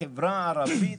החברה הערבית.